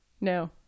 No